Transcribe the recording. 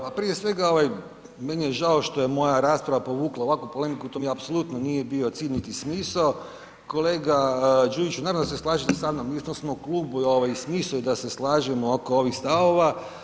Pa prije svega ovaj meni je žao što je moja rasprava povukla ovakvu polemiku to mi apsolutno nije bio cilj niti smisao, kolega Đujiću naravno da se slažete sa mnom u istom smo klubu i smisao je da se slažemo ovo ovih stavova.